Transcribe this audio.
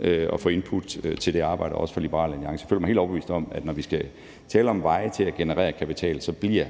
at få input til det arbejde, også fra Liberal Alliance. Jeg føler mig helt overbevist om, at når vi skal tale om veje til at generere kapital, bliver